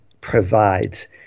provides